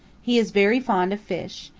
he is very fond of fish,